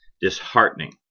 disheartening